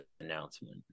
announcement